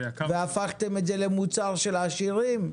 והפכתם את זה למוצר של עשירים.